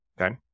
Okay